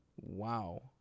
Wow